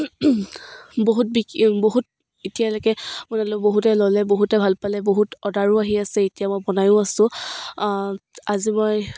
বহুত বিকি বহুত এতিয়ালৈকে বনালোঁ বহুতে ল'লে বহুতে ভাল পালে বহুত অৰ্ডাৰো আহি আছে এতিয়া মই বনাইও আছোঁ আজি মই